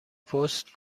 پست